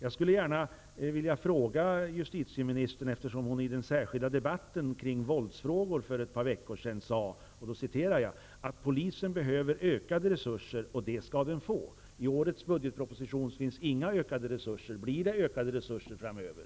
Jag skulle gärna vilja fråga justitieministern, eftersom hon i den särskilda debatten kring våldsfrågor för ett par veckor sedan sade: ''Polisen behöver ökade resurser, och det skall den få.'' I årets budgetproposition finns inga ökade resurser. Blir det ökade resurser framöver?